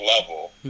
level